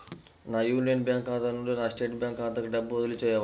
నా union bank ఖాతా నుండి నా స్టేట్ బ్యాంకు ఖాతాకి డబ్బు బదిలి చేయవచ్చా?